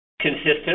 Consistent